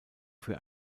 für